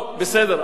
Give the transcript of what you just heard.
בסדר.